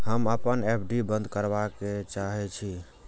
हम अपन एफ.डी बंद करबा के चाहे छी